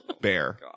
Bear